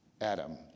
Adam